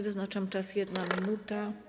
Wyznaczam czas - 1 minuta.